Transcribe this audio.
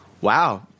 wow –